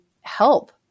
help